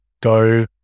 go